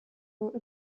wrote